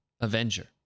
Avenger